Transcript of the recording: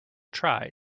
try